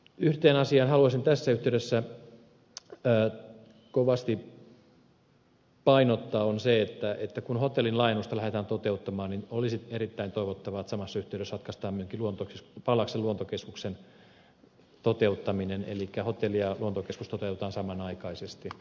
yhtä asiaa haluaisin tässä yhteydessä kovasti painottaa ja se on se että kun hotellin laajennusta lähdetään toteuttamaan olisi erittäin toivottavaa että samassa yhteydessä ratkaistaan myöskin pallaksen luontokeskuksen toteuttaminen elikkä hotelli ja luontokeskus toteutetaan samanaikaisesti